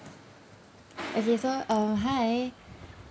okay so uh hi